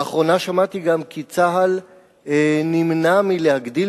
לאחרונה גם שמעתי כי צה"ל נמנע מלהגדיל